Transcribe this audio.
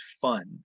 fun